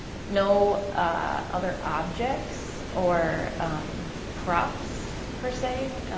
no other objects or props per se,